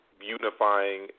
unifying